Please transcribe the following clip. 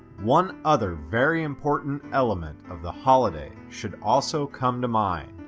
one other very important element of the holiday should also come to mind.